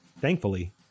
Thankfully